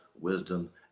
wisdom